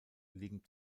liegen